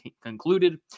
concluded